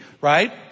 right